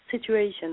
situation